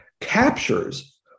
captures